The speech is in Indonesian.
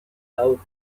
laut